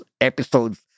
episodes